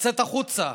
לצאת החוצה,